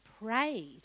prayed